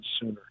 sooner